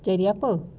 jadi apa